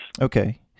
Okay